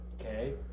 okay